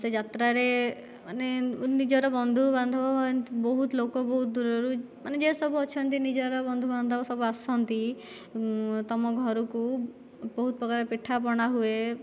ସେ ଯାତ୍ରାରେ ମାନେ ନିଜର ବନ୍ଧୁବାନ୍ଧବ ବହୁତ ଲୋକ ବହୁତ ଦୂରରୁ ମାନେ ଯିଏ ସବୁ ଅଛନ୍ତି ନିଜର ବନ୍ଧୁବାନ୍ଧବ ସବୁ ଆସନ୍ତି ତମ ଘରକୁ ବହୁତ ପ୍ରକାର ପିଠାପଣା ହୁଏ